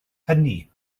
hynny